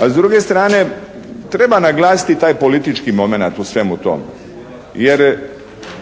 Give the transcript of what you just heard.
A s druge strane treba naglasiti taj politički momenat u svemu tome,